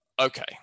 okay